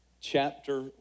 chapter